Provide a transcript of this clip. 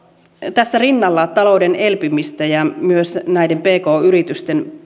tässä rinnalla talouden elpymistä ja myös näiden pk yritysten